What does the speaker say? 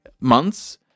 months